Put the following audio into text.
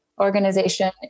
organization